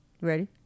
Ready